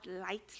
lightly